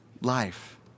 life